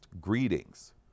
greetings